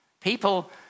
people